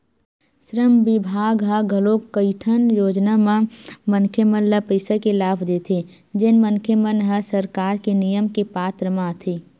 श्रम बिभाग ह घलोक कइठन योजना म मनखे मन ल पइसा के लाभ देथे जेन मनखे मन ह सरकार के नियम के पात्र म आथे